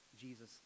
Jesus